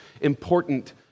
important